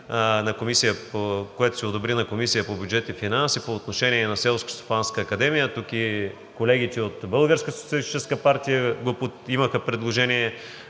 което се одобри на Комисията по бюджет и финанси по отношение на Селскостопанската академия. Тук и колегите от Българската социалистическа